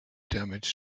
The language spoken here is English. damaged